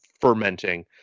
fermenting